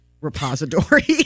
repository